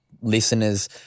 listeners